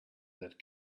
that